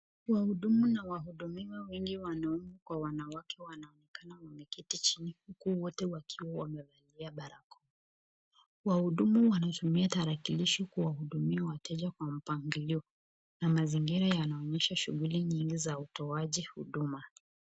Wahudumu na wahudumiwa wengi wanaume kwa wanawake wanaonekana wameketi chini huku wote wakiwa wamevalia barakoa, wahudumu wanatumia tarakilishi kuwahudumia wateja kwa mpangilio na mazingira yanaonyesha shughuli nyingi za utoaji huduma.